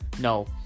no